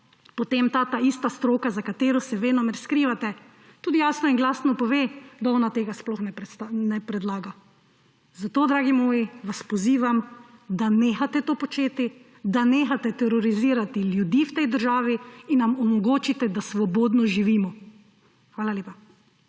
potem ta ista stroka, za katero se venomer skrivate, tudi jasno in glasno pove, da ona tega sploh ne predlaga. Zato, dragi moji, vas pozivam, da nehate to početi, da nehate terorizirati ljudi v tej državi in nam omogočite, da svobodno živimo. Hvala lepa.